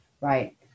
right